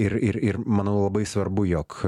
ir ir ir manau labai svarbu jog